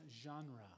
genre